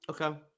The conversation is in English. Okay